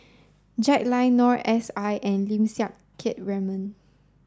Jack Lai Noor S I and Lim Siang Keat Raymond